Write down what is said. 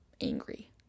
angry